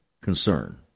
concern